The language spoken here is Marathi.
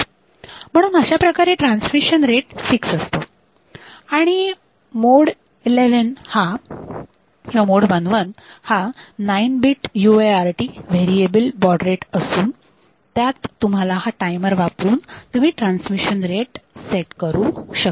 म्हणून अशा प्रकारे ट्रान्समिशन रेट फिक्स असतो आणि मोड 11 हा 9 bit UART variable baud rate असून त्यात तुम्हाला हा टायमर वापरून तुम्ही ट्रान्समिशन रेट सेट करू शकता